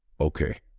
Okay